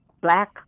black